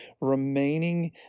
remaining